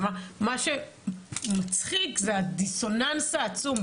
מה שמצחיק זה הדיסוננס העצום,